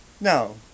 no